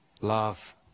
love